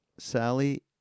Sally